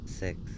Six